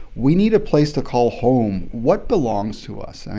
we need a place to call home. what belongs to us? i